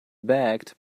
backed